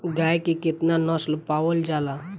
गाय के केतना नस्ल पावल जाला?